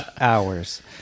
hours